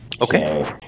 Okay